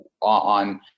on